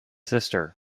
sister